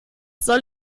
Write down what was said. soll